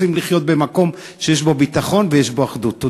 רוצים לחיות במקום שיש בו ביטחון ויש בו אחדות.